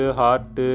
heart